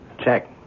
Check